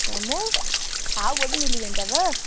हेवमोर हा हूहा बि मिली वेंदव